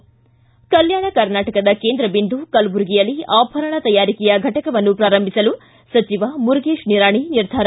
ಿ ಕಲ್ಲಾಣ ಕರ್ನಾಟಕದ ಕೇಂದ್ರ ಬಿಂದು ಕಲಬುರಗಿಯಲ್ಲಿ ಆಭರಣ ತಯಾರಿಕೆಯ ಫಟಕವನ್ನು ಪಾರಂಭಿಸಲು ಸಚಿವ ಮುರುಗೇಶ್ ನಿರಾಣಿ ನಿರ್ಧಾರ